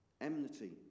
enmity